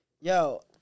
Yo